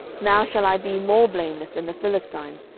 now shall i be more blameless than the philistines,